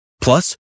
Plus